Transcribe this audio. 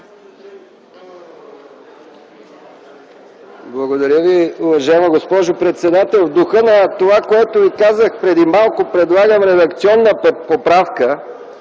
Благодаря Ви, уважаема госпожо председател. В духа на това, което казах преди малко, предлагам редакционна поправка